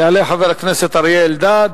יעלה חבר הכנסת אריה אלדד.